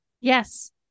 Yes